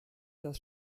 das